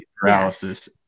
paralysis